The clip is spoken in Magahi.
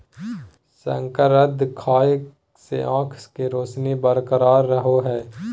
शकरकंद खाय से आंख के रोशनी बरकरार रहो हइ